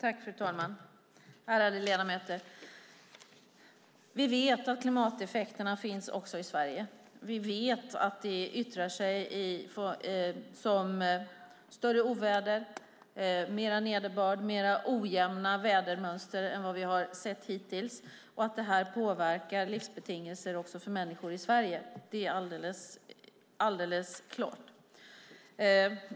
Fru talman! Ärade ledamöter! Vi vet att klimateffekterna finns också i Sverige. Vi vet att de yttrar sig som större oväder, mera nederbörd och mer ojämna vädermönster än vad vi har sett hittills. Att detta påverkar livsbetingelser också för människor även i Sverige är alldeles klart.